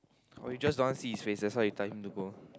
or you just don't want see his face that's why you tell him to go